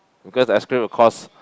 because ice cream will cost